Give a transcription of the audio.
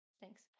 thanks